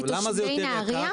למה זה יותר יקר,